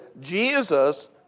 Jesus